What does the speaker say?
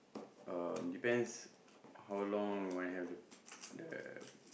um depends how long do I have the the